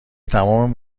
تمام